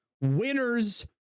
Winners